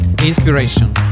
Inspiration